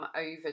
over